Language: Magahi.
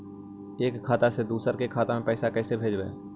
एक खाता से दुसर के खाता में पैसा कैसे भेजबइ?